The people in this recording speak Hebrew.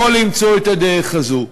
הוא יכול למצוא את הדרך הזאת.